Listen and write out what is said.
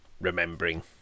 remembering